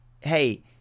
hey